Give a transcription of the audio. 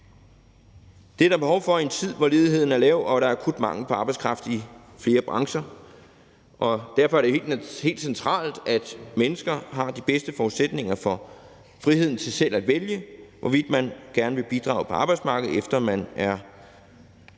Det er der behov for i en tid, hvor ledigheden er lav, og hvor der er akut mangel på arbejdskraft i flere brancher, og derfor er det helt centralt, at mennesker har de bedste forudsætninger for friheden til selv at vælge, hvorvidt man gerne vil bidrage på arbejdsmarkedet, efter man har